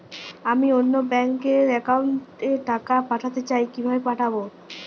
আমি অন্য ব্যাংক র অ্যাকাউন্ট এ টাকা পাঠাতে চাই কিভাবে পাঠাবো?